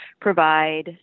provide